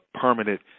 permanent